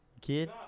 Kid